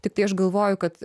tiktai aš galvoju kad